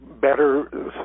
better